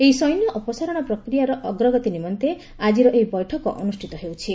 ଏହି ସୈନ୍ୟ ଅପସାରଣ ପ୍ରକ୍ରିୟାର ଅଗ୍ରଗତି ନିମନ୍ତେ ଆଜିର ଏହି ବୈଠକ ଅନୁଷ୍ଠିତ ହେଉଛି